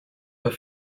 pas